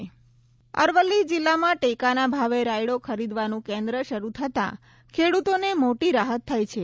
અરવલ્લી રાયડો અરવલ્લી જિલ્લામાં ટેકાના ભાવે રાયડો ખરીદવાનું કેન્દ્ર શરૂ થતા ખેડૂતોને મોટી રાહત થઇ છે